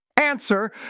Answer